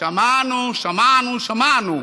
שמענו, שמענו, שמענו.